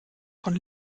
von